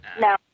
No